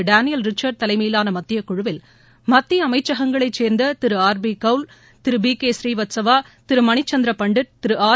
Daniel Richard தலைமையிலான மத்தியக் குழுவில் மத்திய அமைச்சகங்களைச் சேர்ந்த திரு ஆர் பி கவுல் திரு பி கே ப்ரீவத்கவா திரு மணிச்சந்திர பண்டிட் திரு ஆர்